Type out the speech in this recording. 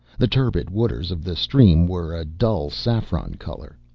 the turbid waters of the stream were a dull saffron color.